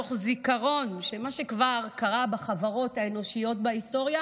תוך זיכרון שמה שכבר קרה בחברות האנושיות בהיסטוריה